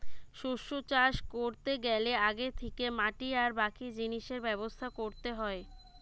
শস্য চাষ কোরতে গ্যালে আগে থিকে মাটি আর বাকি জিনিসের ব্যবস্থা কোরতে হয়